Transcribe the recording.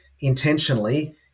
intentionally